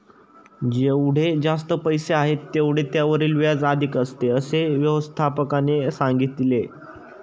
जेवढे जास्त पैसे आहेत, तेवढे त्यावरील व्याज अधिक असते, असे व्यवस्थापकाने सांगितले